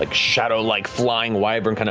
like shadow-like flying wyvern kind of